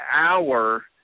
hour